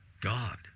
God